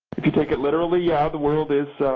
if you take it literally, yeah the world is